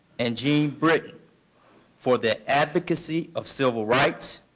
and gene britton for their advocacy of civil rights,